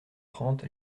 trente